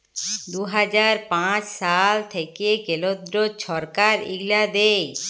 দু হাজার পাঁচ সাল থ্যাইকে কেলদ্র ছরকার ইগলা দেয়